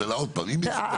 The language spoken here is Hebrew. בסדר.